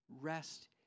Rest